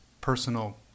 personal